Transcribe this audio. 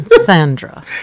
Sandra